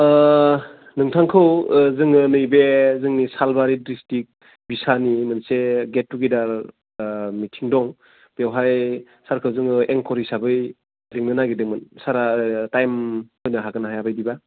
ओह नोंथांखौ ओह जोङो नैबे जोंनि सालबारि डिस्ट्रिक बिसानि मोनसे गेट टुकेदार ओह मिटिं दं बेवहाय सारखौ जोङो एंकर हिसाबै लिंनो नागिरदोंमोन सारआ टाइम होनो हागोन ना हाया बायदिबा